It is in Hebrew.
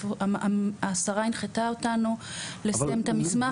השרה הנחתה אותנו לסיים את המסמך.